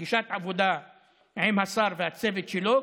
פגישת עבודה עם השר והצוות שלו,